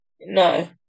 no